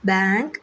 bank